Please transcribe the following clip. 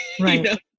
Right